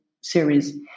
series